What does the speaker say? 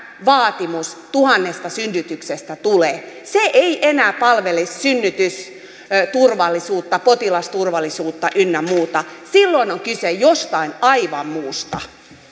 vaatimus tuhannesta synnytyksestä tulee se ei enää palvele synnytysturvallisuutta potilasturvallisuutta ynnä muuta silloin on kyse jostain aivan muusta